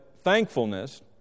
thankfulness